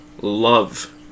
love